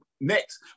next